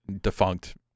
defunct